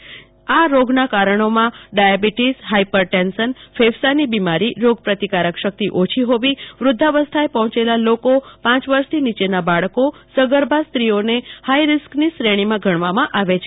seasonal ફલુના કારણોમાં diabetes hypertension ફેફસાની બીમારી રોગપ્રતિકારક શક્તિ ઓછી હોવી વ્રધ્ધાવાસ્થાએ પહોંચેલા લોકો પાંચ વર્ષથી નીચેના બાળકો સગર્ભા સ્રીઓને હાઈ રીસકની શ્રેણીમાં ગણવામાં આવે છે